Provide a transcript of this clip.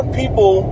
people